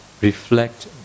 reflect